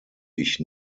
ich